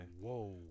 Whoa